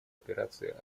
операции